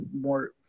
more